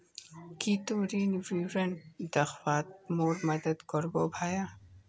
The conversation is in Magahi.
की ती ऋण विवरण दखवात मोर मदद करबो भाया